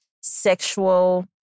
sexual